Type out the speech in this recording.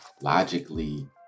logically